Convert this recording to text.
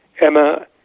Emma